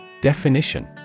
Definition